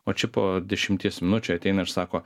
o čia po dešimties minučių ateina ir sako